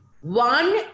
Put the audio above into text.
One